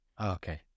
okay